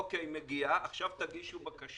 אוקיי, מגיע לכם, עכשיו תגישו בקשות.